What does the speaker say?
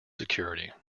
security